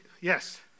Yes